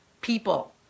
people